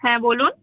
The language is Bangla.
হ্যাঁ বলুন